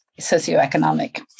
socioeconomic